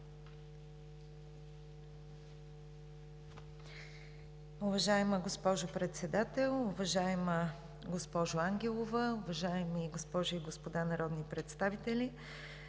уважаема госпожо Председател. Уважаеми господин Събев, уважаеми госпожи и господа народни представители!